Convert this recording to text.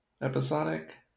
episodic